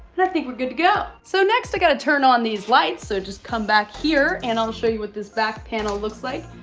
and i think we're good to go. so next i got to turn on these lights so just come back here and i'll show you what this back panel looks like.